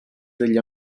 degli